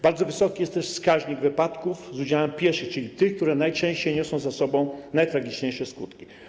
Bardzo wysoki jest też wskaźnik wypadków z udziałem pieszych, czyli tych, które najczęściej niosą za sobą najtragiczniejsze skutki.